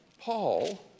Paul